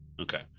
Okay